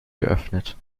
geöffnet